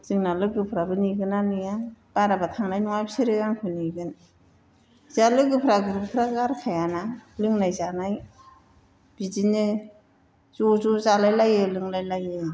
जोंना लोगोफोराबा नेगोन ना नेया बाराबा थांनाय नङा बिसोरो आंखौ नेगोन जा लोगोफोरा ग्रुपफ्रा गारखायाना लोंनाय जानाय बिदिनो ज' ज' जालायलायो लोंलायलायो